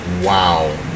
Wow